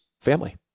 family